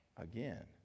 again